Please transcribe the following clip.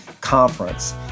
conference